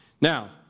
Now